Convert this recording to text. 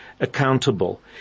Accountable